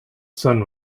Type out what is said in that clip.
sun